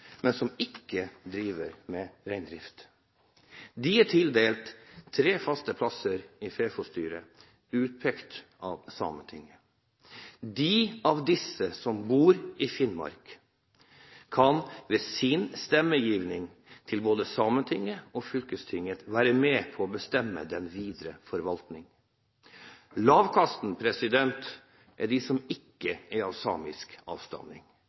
men som ikke driver med reindrift. De er tildelt tre faste plasser i FeFo-styret, utpekt av Sametinget: De av disse som bor i Finnmark, kan ved sin stemmegivning til både Sametinget og fylkestinget være med på å bestemme den videre forvaltning. Lavkasten er de som ikke er av samisk avstamning,